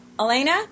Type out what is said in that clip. Elena